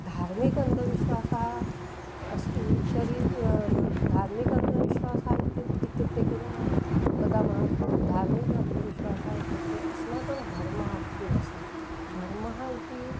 धार्मिक अन्धविश्वासः अस्ति तर्हि धार्मिक अन्धविश्वासः इत्युक्ते इत्युक्ते किं वदामः धार्मिक अन्धविश्वासः इत्युक्ते अस्माकं धर्मः किमस्ति धर्मः इति